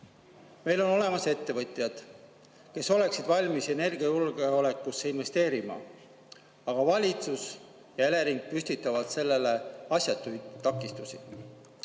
Meil on olemas ettevõtjad, kes oleksid valmis energiajulgeolekusse investeerima, aga valitsus ja Elering püstitavad sellele asjatuid takistusi.